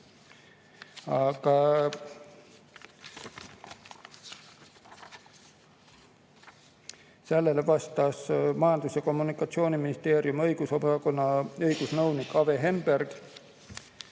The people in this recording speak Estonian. Sellele vastas Majandus- ja Kommunikatsiooniministeeriumi õigusosakonna õigusnõunik Ave Henberg,